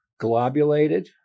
globulated